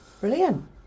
Brilliant